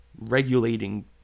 regulating